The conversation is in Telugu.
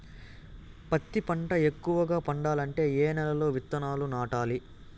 పత్తి పంట ఎక్కువగా పండాలంటే ఏ నెల లో విత్తనాలు నాటాలి?